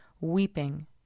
weeping